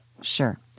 Sure